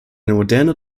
moderne